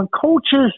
coaches